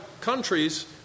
countries